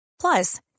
Plus